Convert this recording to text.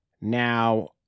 Now